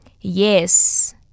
Yes